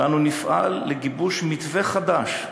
אנו נפעל לגיבוש מתווה חדש,